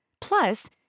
Plus